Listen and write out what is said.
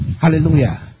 Hallelujah